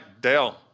Dale